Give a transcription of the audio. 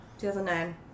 2009